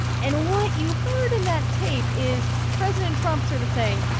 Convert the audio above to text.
and what you heard in that tape is president trump sort of saying,